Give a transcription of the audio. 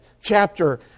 chapter